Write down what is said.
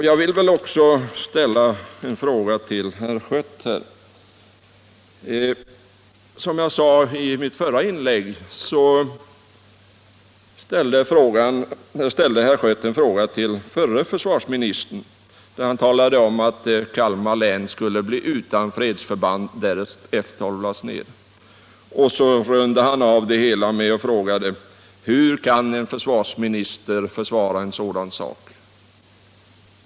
Jag vill ställa ytterligare en fråga till herr Schött. Som jag sade i mitt förra inlägg skrev herr Schött i en fråga till den förre försvarsministern att Kalmar län skulle bli utan fredsförband, därest F 12 lades ned, varefter han avrundade det hela med att fråga: Hur kan en försvarsminister försvara en sådan sak?